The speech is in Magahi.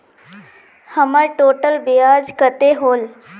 हमर टोटल ब्याज कते होले?